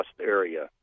area